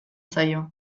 zaio